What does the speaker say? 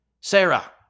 Sarah